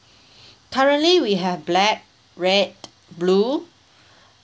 currently we have black red blue